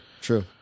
true